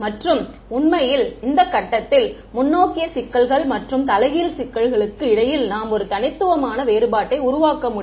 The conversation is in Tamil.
மற்றும் உண்மையில் இந்த கட்டத்தில் முன்னோக்கிய சிக்கல்கள் மற்றும் தலைகீழ் சிக்கல்களுக்கு இடையில் நாம் ஒரு தனித்துவமான வேறுபாட்டை உருவாக்க முடியும்